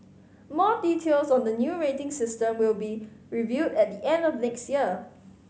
more details on the new rating system will be revealed at the end of next year